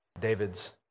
David's